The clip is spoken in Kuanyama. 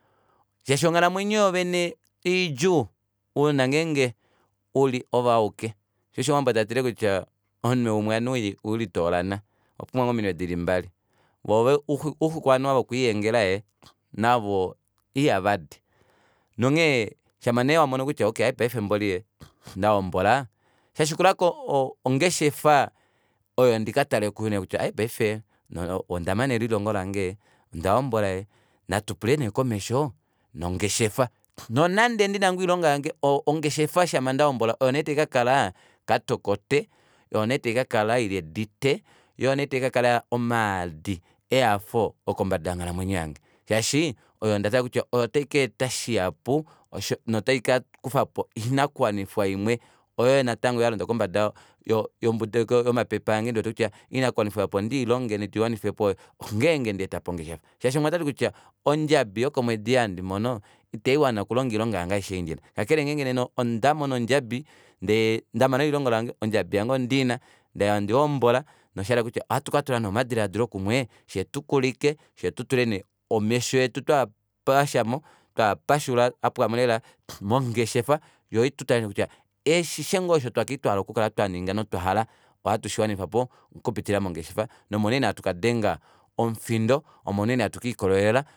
Shaashi onghalamwenyo yoovene ei idjuu ounona ngenge uli oove auke shoo osho omuwambo atile kutya omunwe umwe vati ihaulitoola onha owapumbwa ngoo ominwe dili mbali voo u- u- xu ouxuku vati vokulihengela ee navo ihavadi nonghee shama nee wamono kutya aaye paife mboli ee ndahombola shashikulako ongeshefa oyo ndikatale kuyo nee kutya ai paife ondamana elilongo lange ondahombola ee natu pule nee komesho nongeshefa nonande ndina ngoo oilonga yange ongeshefa shama ndahombola oyo nee taikakala katokote oyo nee taikakal ili edite yoo oyo nee taikakala omaadi ehafo okombada yonghalamwenyo yange shaashi oyo ndatala kutya oyo taikaeta shihapu notaika kufapo oinakuwanifwa imwe oyo natango natango yalonda kombada yomapepe ange ndiwete kutya oinakuwanifwa ei opo ndiilonge ndiiwanifepo ongeenge ndaetapo ongeshefa shaashi umwe otati kutya ondjabi yokomwedi ei handi mono ita iwana okulonga oilonga yange aishe kakele nena ngee ondamono ondjabi ndee ndama elilongo lange ondjabi yange ondiina ndee handihombola nena oshayela kutya ohatuka tula nee omadilaadilo kumwe fyee tukulike fyee tutule nee omesho etu twaa pashamo twaapashula apwamo lela mongeshefa yoo itutale nee kutya ashishe ngoo osho twali twali twahala okukala twaninga notwahala ohatu shiwanifapo okupitila mongeshefa nomo nee hatu kadenga omufindo omo unene hatu kiikololela